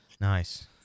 Nice